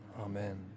Amen